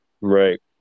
Right